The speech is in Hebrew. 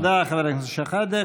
תודה, חבר הכנסת שחאדה.